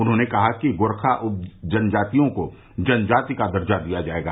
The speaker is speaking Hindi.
उन्होंने कहा कि गोरखा उप जनजातियों को जनजाति का दर्जा दिया जायेगा